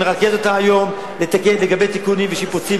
נרכז אותה היום לגבי תיקונים ושיפוצים,